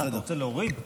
אתה רוצה להוריד?